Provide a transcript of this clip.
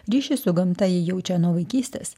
ryšį su gamta ji jaučia nuo vaikystės